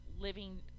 living